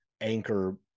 anchor